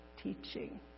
teaching